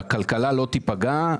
אדוני היושב ראש, על כך שהכלכלה לא תיפגע.